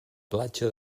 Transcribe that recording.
platja